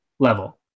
Level